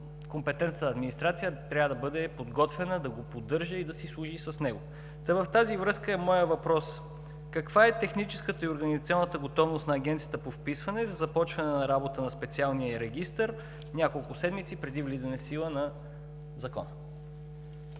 компетентната администрация трябва да бъде подготвена да го поддържа и да си служи с него. В тази връзка е моят въпрос: каква е техническата и организационната готовност на Агенцията по вписванията за започване на работа на специалния регистър няколко седмици преди влизане в сила на Закона?